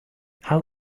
how